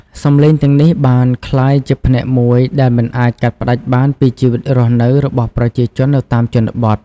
សំឡេងទាំងនេះបានក្លាយជាផ្នែកមួយដែលមិនអាចកាត់ផ្ដាច់បានពីជីវិតរស់នៅរបស់ប្រជាជននៅតាមជនបទ។